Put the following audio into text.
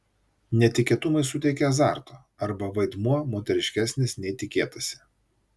netikėtumai suteikia azarto arba vaidmuo moteriškesnis nei tikėtasi